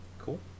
Cool